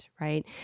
right